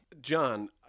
John